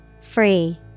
Free